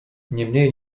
niemniej